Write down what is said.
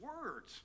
words